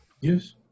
Yes